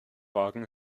wagen